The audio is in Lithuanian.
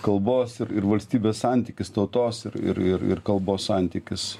kalbos ir ir valstybės santykis tautos ir ir ir kalbos santykis